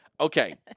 Okay